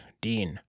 Dean